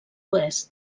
oest